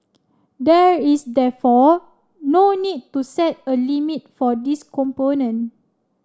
there is therefore no need to set a limit for this component